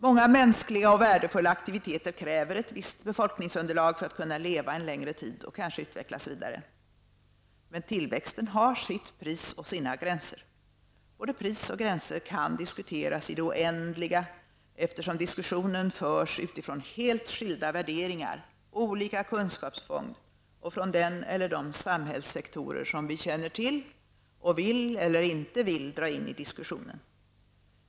Många mänskliga och värdefulla aktiviteter kräver ett visst befolkningsunderlag för att kunna leva en längre tid och kanske utvecklas vidare. Men tillväxten har sitt pris och sina gränser. Både pris och gränser kan diskuteras i det oändliga, eftersom diskussionen förs utifrån helt skilda värderingar, olika kunskapsfond och från den eller de samhällssektorer som vi känner till och vill -- eller inte vill -- dra in i diskussionen.